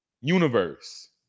universe